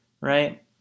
right